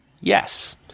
yes